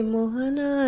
Mohana